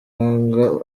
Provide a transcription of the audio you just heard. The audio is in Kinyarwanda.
wanga